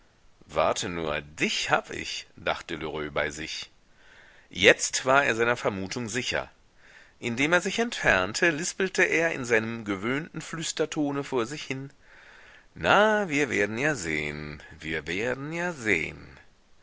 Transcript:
warte nur dich hab ich dachte lheureux bei sich jetzt war er seiner vermutung sicher indem er sich entfernte lispelte er in seinem gewohnten flüstertone vor sich hin na wir werden ja sehen wir werden ja sehen